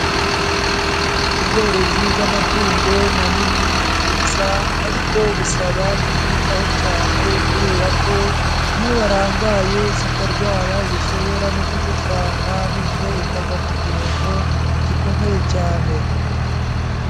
Ubworozi bw'amatungo manini ni bwiza ariko busaba kubwitaho cyane, kubera ko iyo warangaye zikarwara zishobora no kugupfana, bityo ukagwa mu gihombo gikomeye cyane.